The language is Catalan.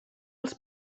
els